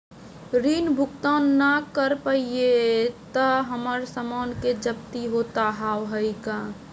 ऋण भुगतान ना करऽ पहिए तह हमर समान के जब्ती होता हाव हई का?